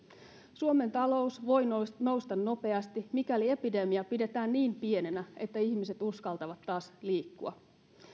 suomen talous voi nousta nousta nopeasti mikäli epidemia pidetään niin pienenä että ihmiset uskaltavat taas liikkua